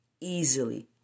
easily